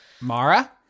Mara